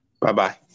Bye-bye